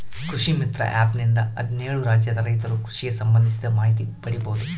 ಕೃಷಿ ಮಿತ್ರ ಆ್ಯಪ್ ನಿಂದ ಹದ್ನೇಳು ರಾಜ್ಯದ ರೈತರು ಕೃಷಿಗೆ ಸಂಭಂದಿಸಿದ ಮಾಹಿತಿ ಪಡೀಬೋದು